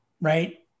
right